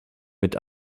mit